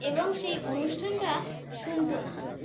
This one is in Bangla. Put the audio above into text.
এবং সেই অনুষ্ঠানটা শুনতো না